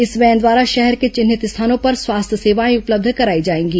इस वैन द्वारा शहर के विंहित स्थानों पर स्वास्थ्य सेवाएं उपलब्ध कराई जाएंगी